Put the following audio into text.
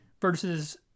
versus